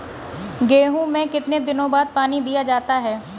गेहूँ में कितने दिनों बाद पानी दिया जाता है?